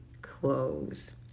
clothes